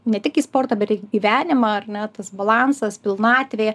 ne tik į sportą gyvenimą ar ne tas balansas pilnatvė